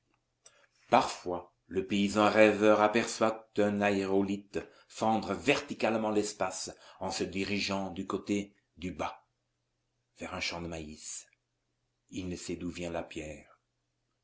parfois le paysan rêveur aperçoit un aérolithe fendre verticalement l'espace en se dirigeant du côté du bas vers un champ de maïs il ne sait d'où vient la pierre